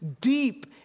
deep